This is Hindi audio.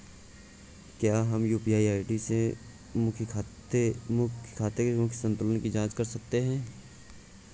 क्या हम यू.पी.आई आई.डी से खाते के मूख्य संतुलन की जाँच कर सकते हैं?